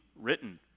written